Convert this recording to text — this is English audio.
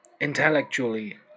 intellectually